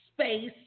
space